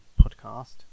podcast